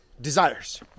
desires